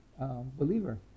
believer